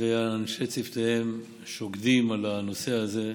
ואנשי צוותיהם שוקדים על הנושא הזה.